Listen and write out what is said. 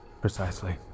Precisely